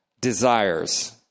desires